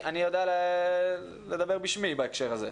אני יודע לדבר בשמי בהקשר הזה.